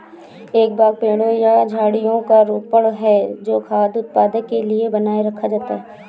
एक बाग पेड़ों या झाड़ियों का रोपण है जो खाद्य उत्पादन के लिए बनाए रखा जाता है